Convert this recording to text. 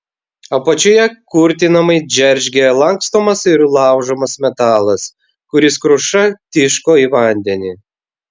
apačioje kurtinamai džeržgė lankstomas ir laužomas metalas kuris kruša tiško į vandenį